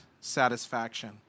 satisfaction